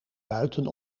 buiten